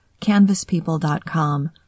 canvaspeople.com